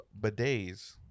bidets